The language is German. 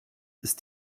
ist